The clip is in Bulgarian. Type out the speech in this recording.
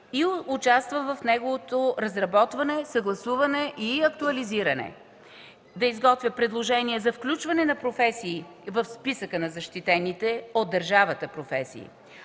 да участва в неговото разработване, съгласуване и актуализиране, да изготвя предложения за включване на професии в списъка на защитените от държавата професии.